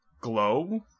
glow